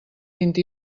vint